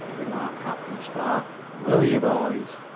remarked captain spark. will you, boys?